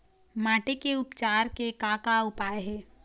माटी के उपचार के का का उपाय हे?